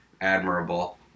admirable